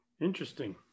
Interesting